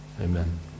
Amen